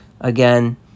again